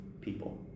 people